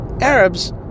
Arabs